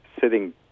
sitting